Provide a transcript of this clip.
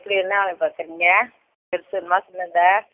என்ன வேலை பார்க்கிறீங்க பெருசு வேணுமா சின்னதா